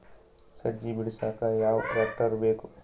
ಸಜ್ಜಿ ಬಿಡಸಕ ಯಾವ್ ಟ್ರ್ಯಾಕ್ಟರ್ ಬೇಕು?